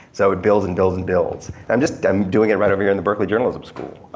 so it builds and builds and builds. i'm just, i'm doing it right over here in the berkeley journalism school.